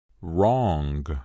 Wrong